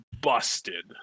busted